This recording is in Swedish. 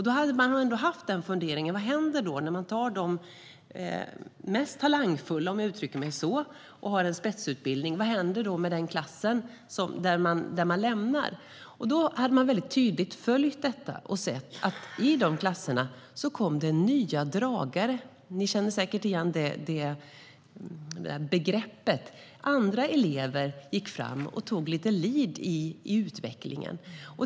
Då hade man funderat: När man tar de mest talangfulla, om jag uttrycker mig så, och har en spetsutbildning, vad händer då med den klass som de lämnar? Man hade tydligt följt detta och sett att det i de klasserna kom det nya dragare - ni känner säkert igen det begreppet. Andra elever gick fram och tog lite lead i utvecklingen.